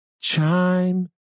chime